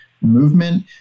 movement